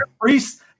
Priests